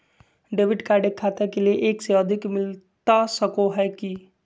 Debit card एक खाता के लिए एक से अधिक मिलता सको है की?